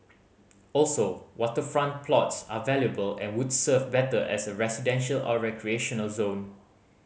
also waterfront plots are valuable and would serve better as a residential or recreational zone